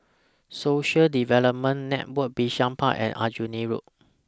Social Development Network Bishan Park and Aljunied Road